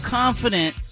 confident